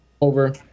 over